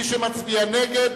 מי שמצביע נגד,